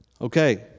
Okay